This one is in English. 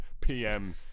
PM